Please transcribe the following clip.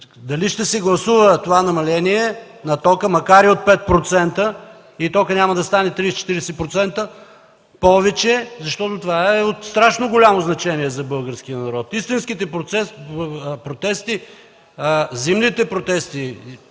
дали ще се гласува това намаление на тока, макар и от 5%, и той няма да стане 30-40% повече, защото това е от страшно голямо значение за българския народ. Истинските протести, зимните протести,